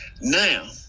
Now